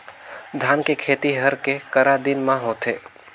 धान के खेती हर के करा दिन म होथे?